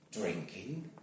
Drinking